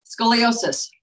Scoliosis